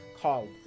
called